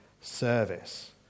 service